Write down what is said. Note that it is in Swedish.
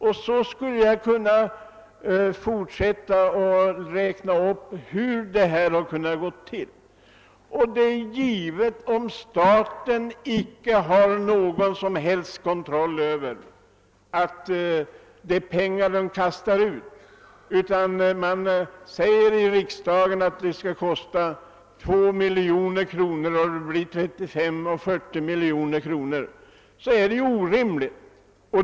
Jag skulle kunna fortsätta uppräkningen. Men så går det när staten inte har någon som helst kontroll över de pengar som kastas ut. Här i riksdagen har det sagts att ersättningarna skulle uppgå till 2 miljoner kronor, men i stället blir det nu 35 eller 40 miljoner. Det är ju orimligt!